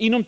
Inom